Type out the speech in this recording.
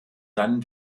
seinen